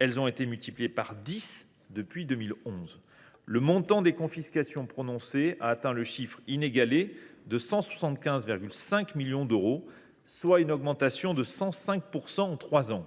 et ont été multipliées par dix depuis 2011, tandis que le montant des confiscations prononcées a atteint le chiffre inégalé de 175,5 millions d’euros, soit une augmentation de 105 % en trois ans.